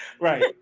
right